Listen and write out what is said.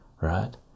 right